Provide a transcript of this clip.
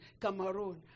Cameroon